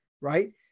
right